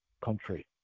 country